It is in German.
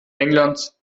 englands